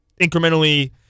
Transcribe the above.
incrementally